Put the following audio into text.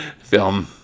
film